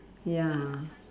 ya